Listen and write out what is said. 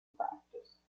practice